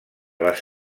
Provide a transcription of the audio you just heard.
les